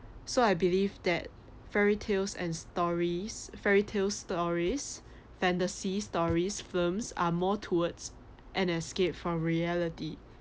so I believe that fairy tales and stories fairy tales stories fantasy stories films are more towards an escape from reality